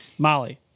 Molly